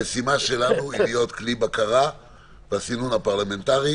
המשימה שלנו היא להיות כלי בקרה וסינון פרלמנטרי